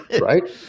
Right